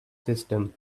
system